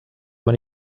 aber